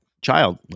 child